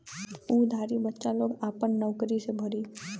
उ उधारी बच्चा लोग आपन नउकरी से भरी